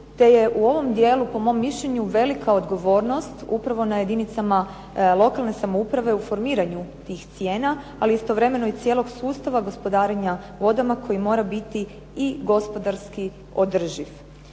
te je u ovom dijelu po mom mišljenju velika odgovornost, upravo na jedinicama lokalne samouprave u formiranju tih cijena, ali istovremeno i cijelog sustava gospodarenja vodama koji mora biti i gospodarski održiv.